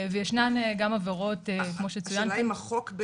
וישנן גם עבירות כמו שצוין כאן.